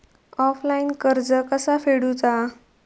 Offline कर्ज कसा फेडूचा?